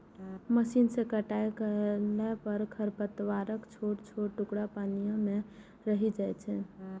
machine सं कटाइ कयला पर खरपतवारक छोट छोट टुकड़ी पानिये मे रहि जाइ छै